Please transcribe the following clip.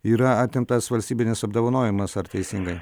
yra atimtas valstybinis apdovanojimas ar teisingai